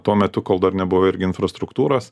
tuo metu kol dar nebuvo irgi infrastruktūros